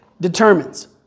determines